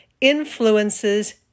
influences